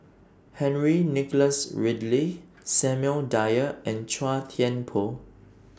Henry Nicholas Ridley Samuel Dyer and Chua Thian Poh